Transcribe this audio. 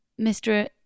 Mr